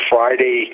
Friday